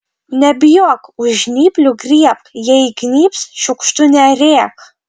nebijok už žnyplių griebk jei įgnybs šiukštu nerėk